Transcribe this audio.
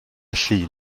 llun